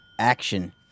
action